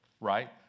right